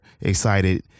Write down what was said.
excited